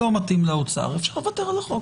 לא מתאים לאוצר אפשר לוותר על החוק.